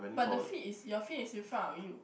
but the feet is your feet is in front of you